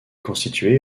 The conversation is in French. constitué